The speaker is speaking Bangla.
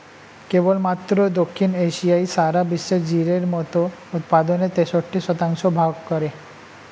কেবলমাত্র দক্ষিণ এশিয়াই সারা বিশ্বের জিরের মোট উৎপাদনের তেষট্টি শতাংশ ভোগ করে